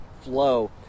flow